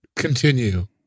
Continue